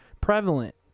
prevalent